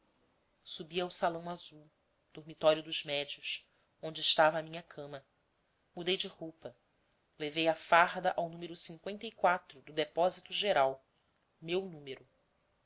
subi ao salão azul dormitório dos médios onde estava a minha cama mudei de roupa levei a farda ao número do depósito geral meu número